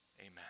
Amen